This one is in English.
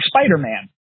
Spider-Man